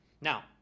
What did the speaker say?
Now